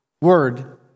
word